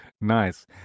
Nice